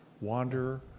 Wander